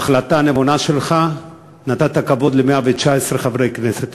בהחלטה נבונה שלך, נתת כבוד ל-119 חברי כנסת.